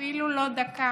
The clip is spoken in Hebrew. אפילו לא דקה.